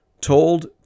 told